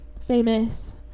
famous